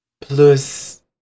...plus